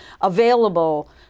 available